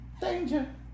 Danger